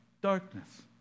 darkness